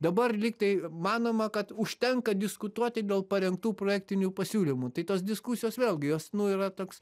dabar lyg tai manoma kad užtenka diskutuoti dėl parengtų projektinių pasiūlymų tai tos diskusijos vėlgi jos nu yra toks